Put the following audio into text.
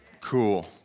Cool